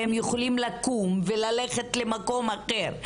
והם יכולים לקום וללכת למקום אחר,